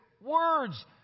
words